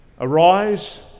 arise